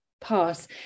pass